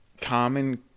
common